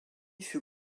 fut